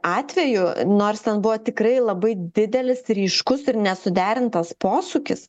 atveju nors ten buvo tikrai labai didelis ryškus ir nesuderintas posūkis